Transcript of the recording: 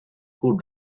who